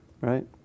right